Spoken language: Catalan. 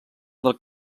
del